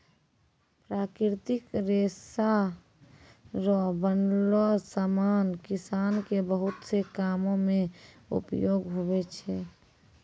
प्राकृतिक रेशा रो बनलो समान किसान के बहुत से कामो मे उपयोग हुवै छै